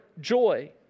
joy